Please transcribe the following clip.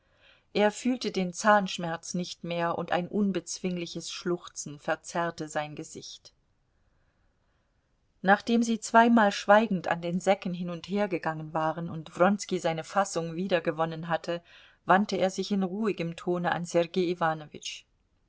er fühlte den zahnschmerz nicht mehr und ein unbezwingliches schluchzen verzerrte sein gesicht nachdem sie zweimal schweigend an den säcken hin und her gegangen waren und wronski seine fassung wiedergewonnen hatte wandte er sich in ruhigem tone an sergei